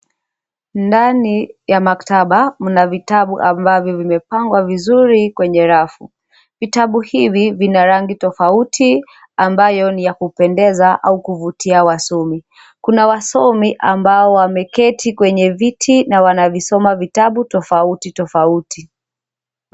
Ndani ya maktaba mna vitabu ambavyo vimepangwa vizuri kwenye rafu. Vitabu hivi vina rangi tofauti, ambayo ni ya kupendeza au kuvutia wasomi. Kuna wasomi ambao wameketi kwenye viti na wanavisoma vitabu tofauti tofauti.